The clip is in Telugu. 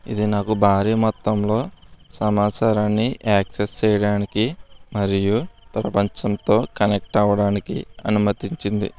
ఇది నాకు భారీ మొత్తంలో సమాచారాన్ని యాక్సెస్ చేయడానికి మరియు ప్రపంచంతో కనెక్ట్ అవ్వడానికి అనుమతించింది